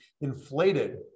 inflated